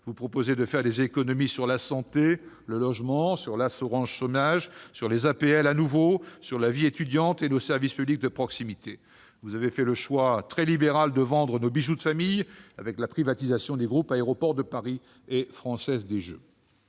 Vous proposez de faire des économies sur la santé, le logement, l'assurance chômage, les APL de nouveau, la vie étudiante et nos services publics de proximité. Vous avez fait le choix très libéral de vendre nos bijoux de famille avec la privatisation des groupes Aéroports de Paris et Française des jeux.